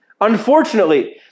Unfortunately